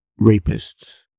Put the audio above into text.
rapists